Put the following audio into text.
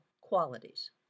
qualities